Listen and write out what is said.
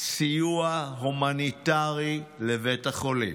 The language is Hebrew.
סיוע הומניטרי לבית החולים,